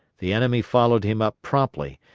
the enemy followed him up promptly,